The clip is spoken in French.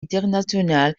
internationale